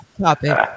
topic